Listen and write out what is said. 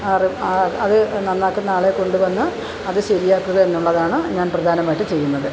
ആറ് ആ അതു നന്നാക്കുന്ന ആളെ കൊണ്ടു വന്ന് അതു ശരിയാക്കുക എന്നുള്ളതാണ് ഞാൻ പ്രധാനമായിട്ട് ചെയ്യുന്നത്